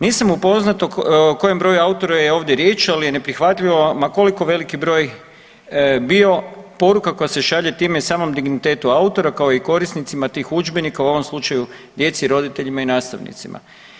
Nisam upoznat o koje broju autora je ovdje riječ, ali je neprihvatljivo ma koliko veliki broj bio poruka koja se šalje time i samom dignitetu autora kao i korisnicima tih udžbenika u ovom slučaju djeci, roditeljima i nastavnicima.